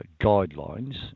guidelines